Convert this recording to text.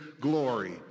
glory